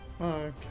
Okay